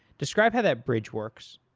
describe how that bridge works.